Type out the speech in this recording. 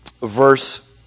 verse